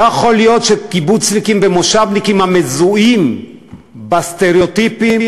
לא יכול להיות שקיבוצניקים ומושבניקים המזוהים בסטריאוטיפים